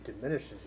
diminishes